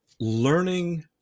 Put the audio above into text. learning